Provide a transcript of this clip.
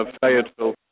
Fayetteville